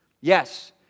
Yes